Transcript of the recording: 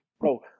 Bro